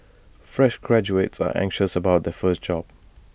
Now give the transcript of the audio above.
fresh graduates are always anxious about their first job